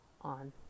on